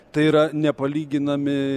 tai yra nepalyginami